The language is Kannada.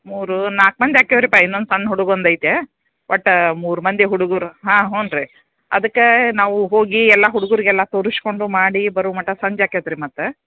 ಮೂರು ನಾಲ್ಕು ಮಂದಿ ಆಗ್ತಿವಿ ರಿ ಪಾ ಇನ್ನೊಂದು ಸಣ್ಣ ಹುಡುಗ ಒಂದು ಐತೆ ಒಟ್ಟು ಮೂರು ಮಂದಿ ಹುಡುಗರು ಹಾಂ ಹ್ಞೂ ರೀ ಅದಕ್ಕೆ ನಾವು ಹೋಗಿ ಎಲ್ಲ ಹುಡುಗುರಿಗೆಲ್ಲ ತೋರಿಸ್ಕೊಂಡು ಮಾಡಿ ಬರೋಮಟ ಸಂಜೆ ಆಕೇತೆ ರೀ ಮತ್ತೆ